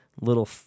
little